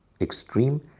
extreme